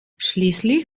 schließlich